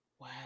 Wow